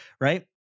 right